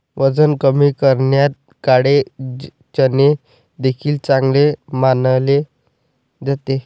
वजन कमी करण्यात काळे चणे देखील चांगले मानले जाते